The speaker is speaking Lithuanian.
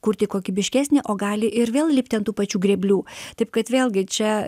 kurti kokybiškesnį o gali ir vėl lipti ant tų pačių grėblių taip kad vėlgi čia